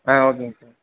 ஆ ஓகேங்க சார்